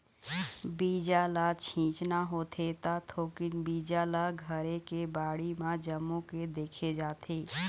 बीजा ल छिचना होथे त थोकिन बीजा ल घरे के बाड़ी म जमो के देखे जाथे